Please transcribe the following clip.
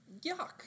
Yuck